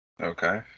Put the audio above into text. Okay